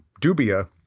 Dubia